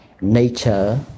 nature